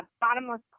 bottomless